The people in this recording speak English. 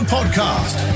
Podcast